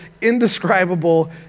indescribable